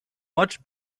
much